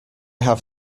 have